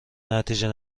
نتیجه